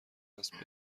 هست